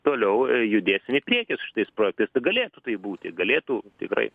toliau judėsim į priekį su šitais projektais tai galėtų tai būti galėtų tikrai